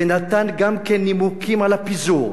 ונתן גם כן נימוקים לפיזור.